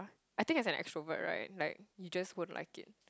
I think as an extrovert right like you just won't like it